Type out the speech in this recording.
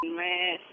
man